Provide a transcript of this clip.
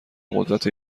قدرت